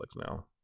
now